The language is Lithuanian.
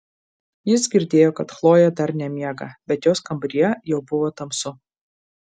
jis girdėjo kad chlojė dar nemiega bet jos kambaryje jau buvo tamsu